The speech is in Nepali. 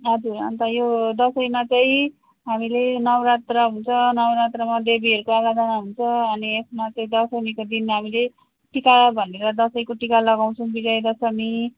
हजुर अन्त यो दसौँमा चाहिँ हामीले नौरात्रा हुन्छ नौरथामा देवीहरूको आराधना हुन्छ अनि यसमा चाहिँ दशमीको दिन हामीले टिका भनेर दसैँको टिका लगाउछौँ विजय दशमी